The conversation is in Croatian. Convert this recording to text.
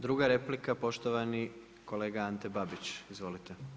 Druga replika poštovani kolega Ante Babić, izvolite.